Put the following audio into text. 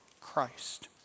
Christ